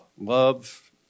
Love